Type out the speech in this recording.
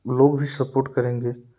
लोग भी सपोर्ट करेंगे